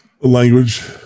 language